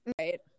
right